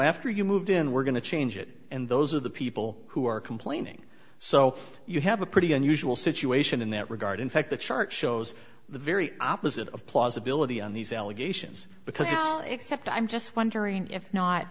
after you moved in we're going to change it and those are the people who are complaining so you have a pretty unusual situation in that regard in fact the chart shows the very opposite of plausibility on these allegations because it's except i'm just wondering if not